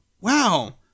Wow